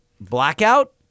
blackout